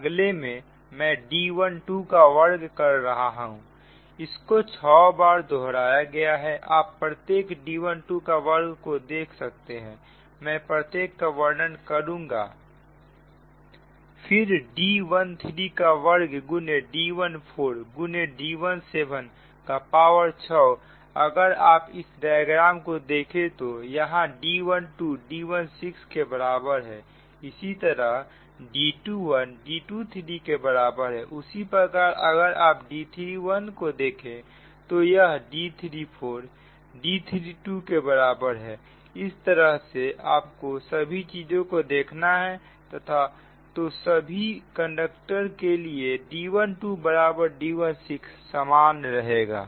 अगले में मैं D12 का वर्ग कर रहा हूं इसको 6 बार दोहराया गया है आप प्रत्येक D12 का वर्ग को देख सकते हैं मैं प्रत्येक का वर्णन करूंगा फिर D13 का वर्ग गुने D14 गुने D17 का पावर 6 अगर आप इस डायग्राम को देखें तो यहां D12 D16 के बराबर है इसी तरह D21 D23 के बराबर है उसी प्रकार अगर आप D31 को देखें तो यह D34 D32 के बराबर है इस तरह से आपको सभी चीजों को देखना है तो सभी कंडक्टर के लिए D12 बराबर D16 समान रहेंगे